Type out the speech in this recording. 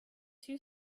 two